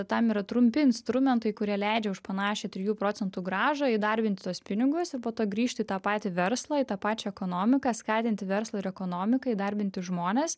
tam yra trumpi instrumentai kurie leidžia už panašią trijų procentų grąžą įdarbinti tuos pinigus ir po to grįžti į tą patį verslą į tą pačią ekonomiką skatinti verslą ir ekonomiką įdarbinti žmones